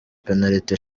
penaliti